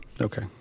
Okay